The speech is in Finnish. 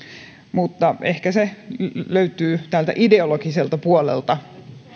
mutta ehkä se löytyy täältä ideologiselta puolelta